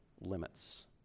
limits